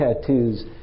tattoos